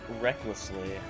recklessly